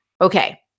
Okay